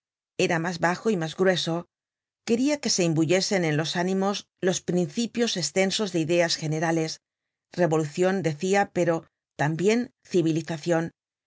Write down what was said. era mas bajo y mas grueso queria que se imbuyesen en los ánimos los principios estensos de ideas generales revolucion decia pero tambien civilizacion